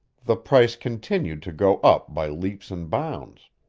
the price continued to go up by leaps and bounds.